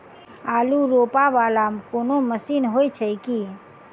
आलु रोपा वला कोनो मशीन हो छैय की?